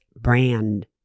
brand